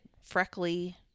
freckly